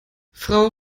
frau